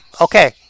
okay